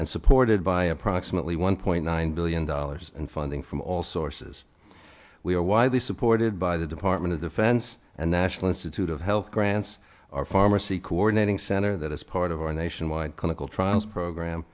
and supported by approximately one point nine billion dollars in funding from all sources we are widely supported by the department of defense and national institute of health grants or pharmacy coordinating center that is part of our nationwide clinical trials program